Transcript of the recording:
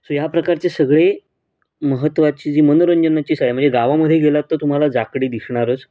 so ह्या प्रकारचे सगळे महत्त्वाचे जे मनोरंजनाचीच आहे म्हणजे गावामध्ये गेलात तर तुम्हाला जाखडी दिसणारच